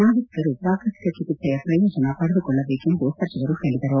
ನಾಗರಿಕರು ಪ್ರಾಕೃತಿಕ ಚಿಕಿತ್ಸೆಯ ಪ್ರಯೋಜನ ಪಡೆದುಕೊಳ್ಳಬೇಕೆಂದು ಸಚಿವರು ಹೇಳಿದರು